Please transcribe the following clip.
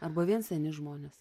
arba vien seni žmonės